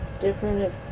different